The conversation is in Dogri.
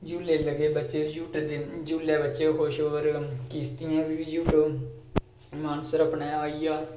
झूले लग्गे दे बच्चे बी झूटे देओ झूले बच्चे बी खुश होरकिश्तियें पर बी झूटो मानसर अपने आई गेआ